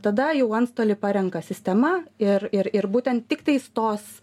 tada jau antstolį parenka sistema ir ir ir būtent tiktais tos